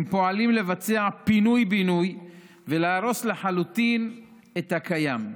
הם פועלים לבצע פינוי-בינוי ולהרוס לחלוטין את הקיים.